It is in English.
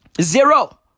Zero